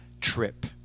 trip